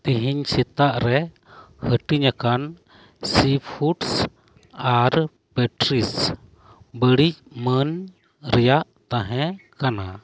ᱛᱮᱦᱮᱧ ᱥᱮᱛᱟᱜ ᱨᱮ ᱦᱟᱹᱴᱤᱧᱟᱠᱟᱱ ᱥᱤᱯᱷᱩᱰᱥ ᱟᱨ ᱯᱮᱹᱥᱴᱨᱤᱡᱽ ᱵᱟᱹᱲᱤᱡ ᱢᱟᱹᱱ ᱨᱮᱭᱟᱜ ᱛᱟᱦᱮᱸ ᱠᱟᱱᱟ